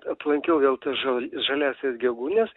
aplankiau vėl tas žal žaliąsias gegūnes